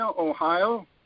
Ohio